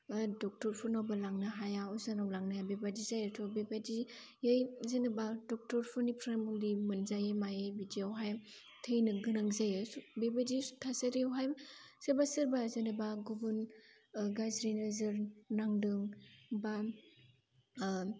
बा ड'क्टरफोरनावबो लांनो हाया अजानाव लांनो हाया बेबायदि जायो बेबायदियै जेनोबा ड'क्टरफोरनिफ्राय मुलि मोनजायै मायै बिदियावहाय थैनो गोनां जायो बेबायदि थासारियावहाय सोरबा सोरबा जेनोबा गुबुन गाज्रि नोजोर नांदों बा